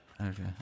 Okay